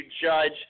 judge